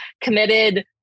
committed